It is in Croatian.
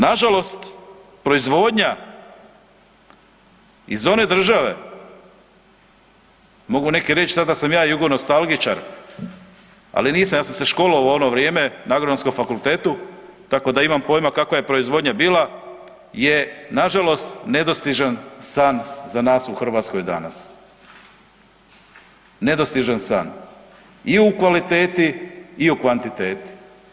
Nažalost, proizvodnja iz one države, mogu neki reći sad da sam ja jugonostalgičar, ali nisam, ja sam se školovao u ono vrijeme na Agronomskom fakultetu tako da imam pojma kakva je proizvodnja bila, je nažalost nedostižan san za nas u Hrvatskoj danas, nedostižan san i u kvaliteti i u kvantiteti.